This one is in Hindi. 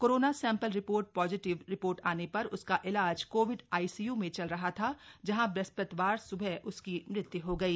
corona sample report positive report आने पर उसका इलाज कोविड आईसीय् में चल रहा था जहां ब्रहस्पतिवार स्बह उसकी मृत्यु हो गई